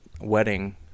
wedding